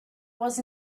was